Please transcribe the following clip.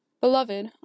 Beloved